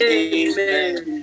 amen